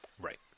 right